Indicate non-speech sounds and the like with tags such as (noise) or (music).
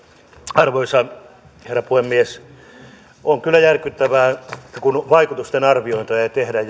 arvoisa herra puhemies on kyllä järkyttävää kun vaikutusten arviointia ei tehdä (unintelligible)